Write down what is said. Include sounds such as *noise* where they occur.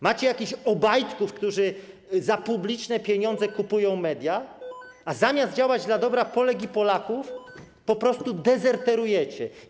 Macie jakichś Obajtków, którzy za publiczne pieniądze kupują media, *noise* a zamiast działać dla dobra Polek i Polaków po prostu dezerterujecie.